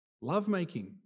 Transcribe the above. lovemaking